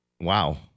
Wow